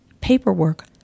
paperwork